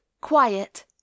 Quiet